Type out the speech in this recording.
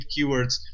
keywords